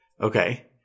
Okay